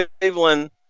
Cleveland –